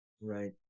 right